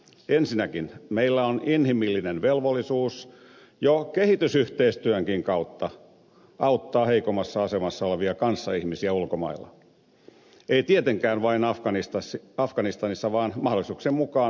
ensinnäkin meillä on inhimillinen velvollisuus jo kehitysyhteistyönkin kautta auttaa heikommassa asemassa olevia kanssaihmisiä ulkomailla ei tietenkään vain afganistanissa vaan mahdollisuuksien mukaan myös muualla